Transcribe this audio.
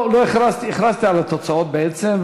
הכרזתי על התוצאות בעצם,